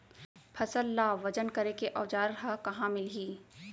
फसल ला वजन करे के औज़ार हा कहाँ मिलही?